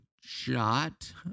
shot